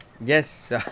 Yes